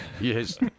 yes